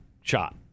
shot